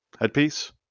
headpiece